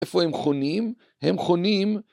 איפה הם חונים? הם חונים.